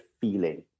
feeling